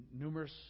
numerous